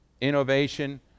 innovation